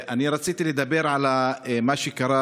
אני רציתי לדבר על מה שקרה,